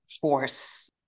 force